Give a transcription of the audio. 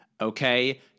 okay